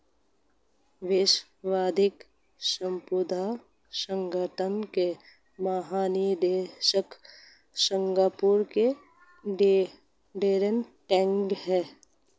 विश्व बौद्धिक संपदा संगठन के महानिदेशक सिंगापुर के डैरेन टैंग हैं